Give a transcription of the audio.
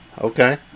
Okay